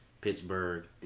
Pittsburgh